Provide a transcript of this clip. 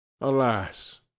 alas